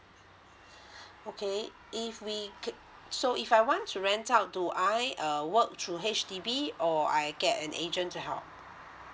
okay if we ca~ so if I want to rent out do I uh work through H_D_B or I get an agent to help